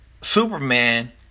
Superman